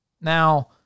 Now